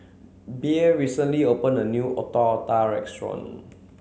Bea recently opened a new Otak otak Restaurant